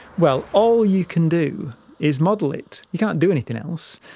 well, all you can do is model it, you can't do anything else.